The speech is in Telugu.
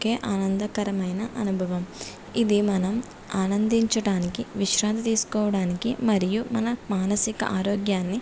ఒకే ఆనందకరమైన అనుభవం ఇదే మనం ఆనందించడానికి విశ్రాంతి తీసుకోవడానికి మరియు మన మానసిక ఆరోగ్యాన్ని